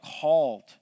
called